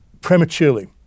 prematurely